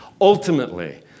Ultimately